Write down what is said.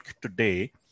Today